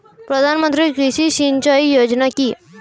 প্রধানমন্ত্রী কৃষি সিঞ্চয়ী যোজনা কি?